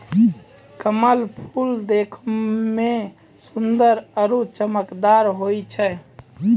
कमल फूल देखै मे सुन्दर आरु चमकदार होय छै